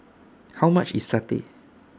How much IS Satay